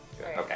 Okay